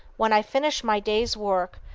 when i finish my day's work,